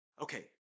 Okay